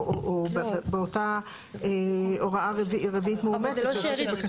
באותה הוראה רביעית מאומצת שעוסקת בכספית.